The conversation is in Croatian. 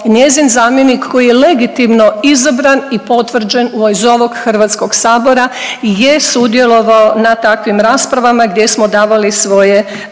njezin zamjenik koji je legitimno izabran i potvrđen iz ovog Hrvatskog sabora je sudjelovao na takvim raspravama gdje smo davali svoje